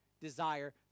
desire